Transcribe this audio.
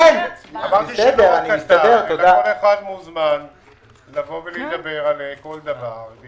אמרתי שלא רק אתה אלא כל אחד מוזמן לבוא ולהידבר על כל דבר.